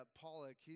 Pollock